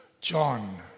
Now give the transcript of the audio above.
John